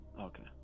Okay